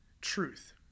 Truth